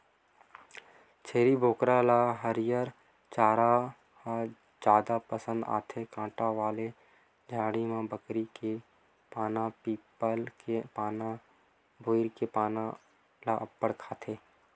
छेरी बोकरा ल हरियर चारा ह जादा पसंद आथे, कांटा वाला झाड़ी म बमरी के पाना, पीपल के पाना, बोइर के पाना ल अब्बड़ खाथे